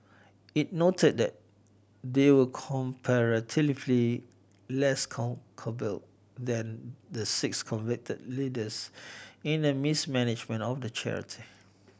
it noted that they were comparatively less culpable than the six convicted leaders in the mismanagement of the charity